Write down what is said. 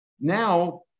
Now